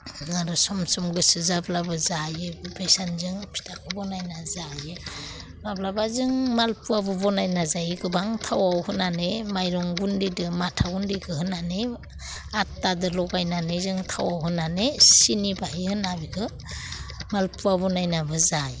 आरो सम सम गोसो जाब्लाबो जायो बेबायसानो जों फिथाखौ बानायना जायो माब्लाबा जों मालपुवाबो बानायना जायो गोबां थावआव होनानै माइरं गुन्दैजों माथा गुन्दैखौ होनानै आटाजों लगायनानै जोङो थावआव होनानै सिनि बाहाय होनानै बेखौ मालपुवा बानायनाबो जायो